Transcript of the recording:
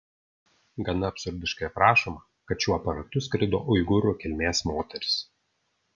gana absurdiškai aprašoma kad šiuo aparatu skrido uigūrų kilmės moteris